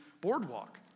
boardwalk